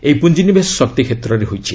ଏହି ପୁଞ୍ଜିନିବେଶ ଶକ୍ତି କ୍ଷେତ୍ରରେ ହୋଇଛି